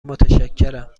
متشکرم